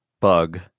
bug